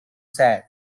sad